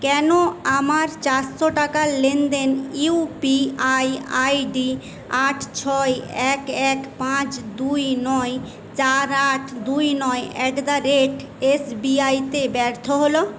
কেন আমার চারশো টাকার লেনদেন U P I I D আট ছয় এক এক পাঁচ দুই নয় চার আট দুই নয় at the rate S B আইতে ব্যর্থ হল